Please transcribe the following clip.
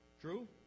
True